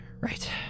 Right